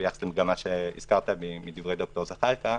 ביחס למגמה שהזכרת מדברי ד"ר זחלקה,